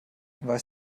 weiß